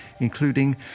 including